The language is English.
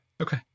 Okay